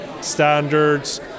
standards